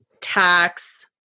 tax